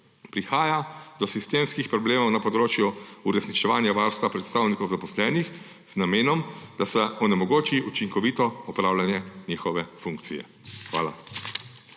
»prihaja do sistemskih problemov na področju uresničevanja varstva predstavnikov zaposlenih z namenom, da se onemogoči učinkovito opravljanje njihove funkcije«. Hvala.